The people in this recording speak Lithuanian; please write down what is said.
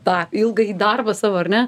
tą ilgąjį darbą savo ar ne